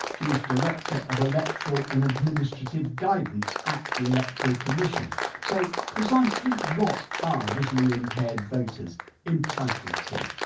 she's director of electoral and administrative guidance at the electoral commission so, precisely what are visually impaired voters entitled to?